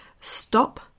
stop